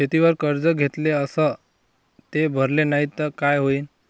शेतीवर कर्ज घेतले अस ते भरले नाही तर काय होईन?